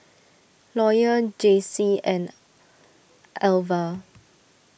Lawyer Jaycie and Alvah